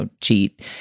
cheat